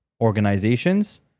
organizations